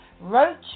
Roach